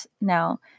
Now